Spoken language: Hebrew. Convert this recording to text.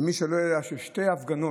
למי שלא יודע, שהיו שתי הפגנות